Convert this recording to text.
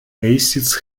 acids